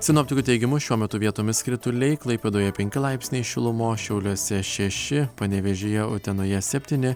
sinoptikų teigimu šiuo metu vietomis krituliai klaipėdoje penki laipsniai šilumos šiauliuose šeši panevėžyje utenoje septyni